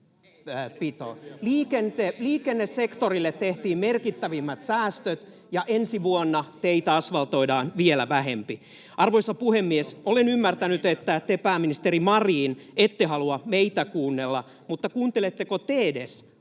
Liikennesektorille tehtiin merkittävimmät säästöt, ja ensi vuonna teitä asvaltoidaan vielä vähemmän. Arvoisa puhemies! Olen ymmärtänyt, että te, pääministeri Marin, ette halua meitä kuunnella, mutta kuunteletteko te edes